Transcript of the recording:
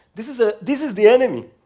this is ah this is the enemy.